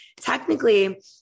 technically